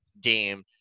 game